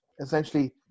essentially